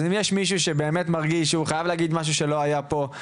אז אם יש מישהו שהוא באמת מרגיש שהוא חייב להגיד משהו שלא נאמר פה,